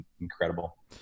incredible